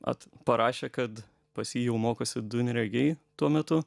at parašė kad pas jį jau mokosi du neregiai tuo metu